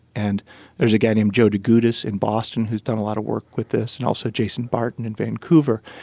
and there's a guy named joe degutis in boston who has done a lot of work with this, and also jason barton in vancouver,